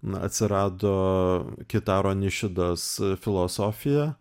na atsirado kitaro nišidas filosofija